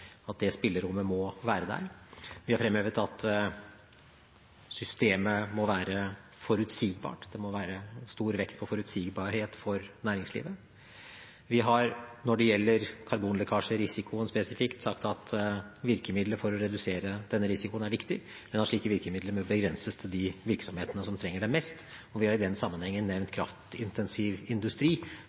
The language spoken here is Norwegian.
at det spillerommet må være der. Vi har fremhevet at systemet må være forutsigbart, at det må være stor vekt på forutsigbarhet for næringslivet. Vi har, når det gjelder karbonlekkasjerisikoen, spesifikt sagt at virkemidler for å redusere denne risikoen er viktig, men at slike virkemidler bør begrenses til de virksomhetene som trenger det mest. Og vi har i den sammenheng nevnt kraftintensiv industri